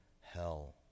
hell